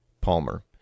Palmer